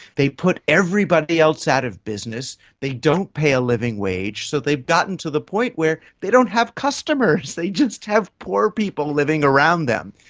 they put everybody else out of business, they don't pay a living wage, so they've gotten to the point where they don't have customers, they just have poor people living around them.